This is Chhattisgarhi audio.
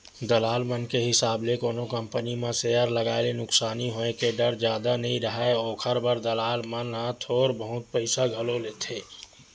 दलाल मन के हिसाब ले कोनो कंपनी म सेयर लगाए ले नुकसानी होय के डर जादा नइ राहय, ओखर बर दलाल मन ह थोर बहुत पइसा घलो लेथें